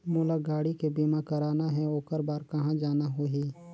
मोला गाड़ी के बीमा कराना हे ओकर बार कहा जाना होही?